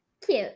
Cute